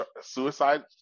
suicide